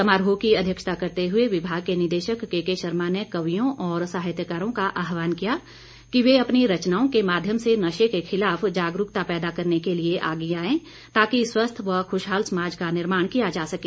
समारोह की अध्यक्षता करते हुए विभाग के निदेशक केके शर्मा ने कवियों और साहित्यकारों का आहवान किया कि वे अपनी रचनाओं के माध्यम से नशे के खिलाफ जागरूकता पैदा करने के लिए आगे आएं ताकि स्वस्थ व खुशहाल समाज का निर्माण किया जा सके